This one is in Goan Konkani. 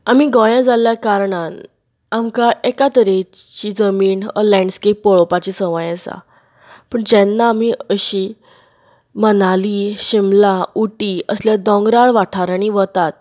आमी गोंया जाल्ल्या कारणाक आमकां एकातरेची जमीन लॅण्डस्केप पळोवपाची सवंय आसा पूण जेन्ना आमी अशी मनाली शिमला उटी असले दोंगराळ वाठारांनी वतात